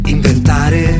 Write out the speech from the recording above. Inventare